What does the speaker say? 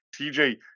TJ